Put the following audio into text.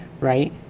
right